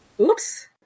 Oops